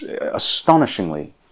Astonishingly